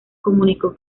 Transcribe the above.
comunicó